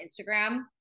Instagram